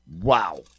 Wow